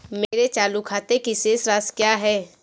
मेरे चालू खाते की शेष राशि क्या है?